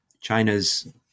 China's